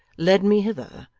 led me hither,